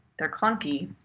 they're clunky,